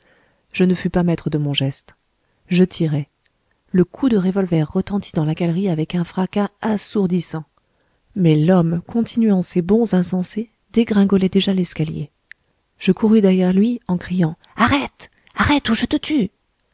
je ne fus pas maître de mon geste je tirai le coup de revolver retentit dans la galerie avec un fracas assourdissant mais l'homme continuant ses bonds insensés dégringolait déjà l'escalier je courus derrière lui en criant arrête arrête ou je te tue